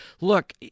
look